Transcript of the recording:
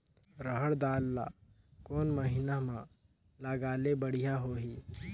रहर दाल ला कोन महीना म लगाले बढ़िया होही?